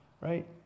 right